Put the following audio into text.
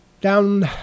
down